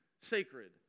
sacred